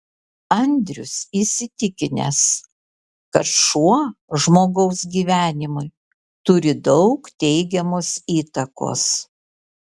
andrius įsitikinęs kad šuo žmogaus gyvenimui turi daug teigiamos įtakos